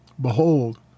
Behold